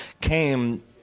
came